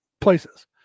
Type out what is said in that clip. places